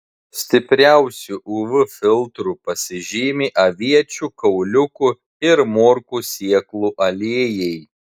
stipriausiu uv filtru pasižymi aviečių kauliukų ir morkų sėklų aliejai